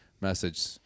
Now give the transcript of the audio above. message